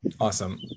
Awesome